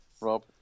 Rob